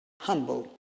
humble